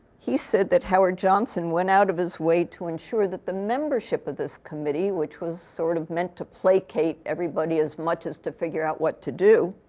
he said that howard johnson went out of his way to ensure that the membership of this committee, which was sort of meant to placate everybody as much as to figure out what to do,